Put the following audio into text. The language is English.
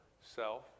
Self